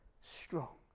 strong